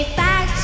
back